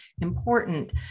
important